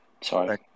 Sorry